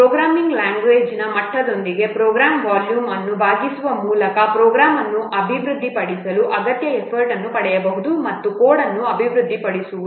programming ಲ್ಯಾಂಗ್ವೇಜ್ನ ಮಟ್ಟದೊಂದಿಗೆ program volume ಅನ್ನು ಭಾಗಿಸುವ ಮೂಲಕ ಪ್ರೋಗ್ರಾಂ ಅನ್ನು ಅಭಿವೃದ್ಧಿಪಡಿಸಲು ಅಗತ್ಯವಾದ ಎಫರ್ಟ್ ಅನ್ನು ಪಡೆಯಬಹುದು ಮತ್ತು ಕೋಡ್ ಅನ್ನು ಅಭಿವೃದ್ಧಿಪಡಿಸುವುದು